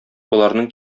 боларның